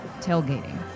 tailgating